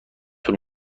طول